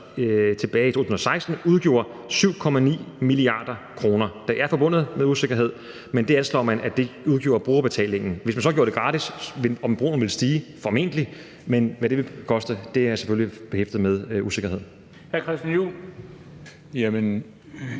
tilbage i 2016 udgjorde 7,9 mia. kr. Det er forbundet med usikkerhed, men det anslår man at brugerbetalingen udgjorde. Hvis man så gjorde det gratis, ville brugen så stige? Formentlig. Men hvad det vil koste, er selvfølgelig behæftet med usikkerhed.